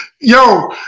Yo